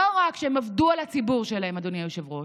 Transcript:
לא רק שהם עבדו על הציבור שלהם, אדוני היושב-ראש,